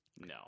No